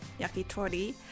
yakitori